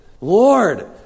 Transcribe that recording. Lord